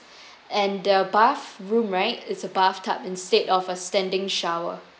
and the bathroom right it's a bathtub instead of a standing shower